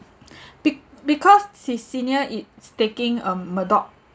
be~ because his senior is taking uh murdoch